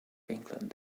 england